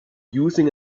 using